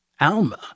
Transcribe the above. Alma